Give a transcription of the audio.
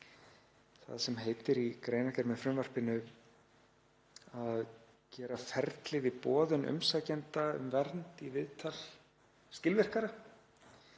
það sem heitir í greinargerð með frumvarpinu að gera ferli við boðun umsækjanda um vernd í viðtal skilvirkara.